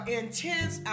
intense